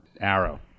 Arrow